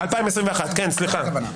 2021. כן, סליחה.